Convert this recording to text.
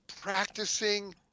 practicing